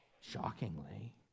shockingly